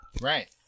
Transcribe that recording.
Right